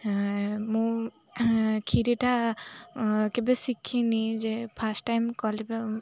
ମୁଁ କ୍ଷୀରିଟା କେବେ ଶିଖିନି ଯେ ଫାର୍ଷ୍ଟ୍ ଟାଇମ୍ କ